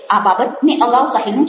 આ બાબતે મેં અગાઉ કહેલું છે